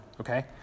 okay